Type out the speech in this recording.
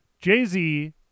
Jay-Z